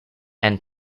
and